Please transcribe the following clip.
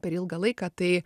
per ilgą laiką tai